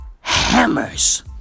hammers